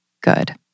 good